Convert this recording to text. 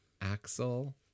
Axel